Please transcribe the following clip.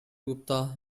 gupta